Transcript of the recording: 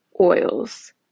oils